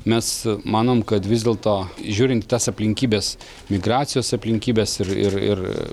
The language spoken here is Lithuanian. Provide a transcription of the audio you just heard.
mes manom kad vis dėlto žiūrint į tas aplinkybes migracijos aplinkybes ir ir ir